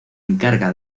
encarga